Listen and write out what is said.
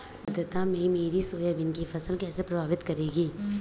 कम आर्द्रता मेरी सोयाबीन की फसल को कैसे प्रभावित करेगी?